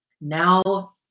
now